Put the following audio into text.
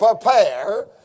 prepare